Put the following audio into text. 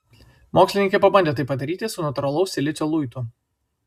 mokslininkai pabandė tai padaryti su natūralaus silicio luitu